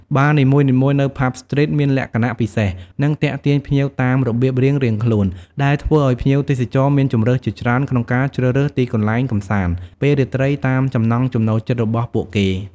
បារនីមួយៗនៅ ផាប់ ស្ទ្រីត មានលក្ខណៈពិសេស និងទាក់ទាញភ្ញៀវតាមរបៀបរៀងៗខ្លួន ដែលធ្វើឲ្យភ្ញៀវទេសចរមានជម្រើសជាច្រើនក្នុងការជ្រើសរើសទីកន្លែងកម្សាន្តពេលរាត្រីតាមចំណង់ចំណូលចិត្តរបស់ពួកគេ។